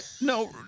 No